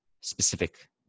specific